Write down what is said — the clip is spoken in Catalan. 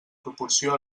proporció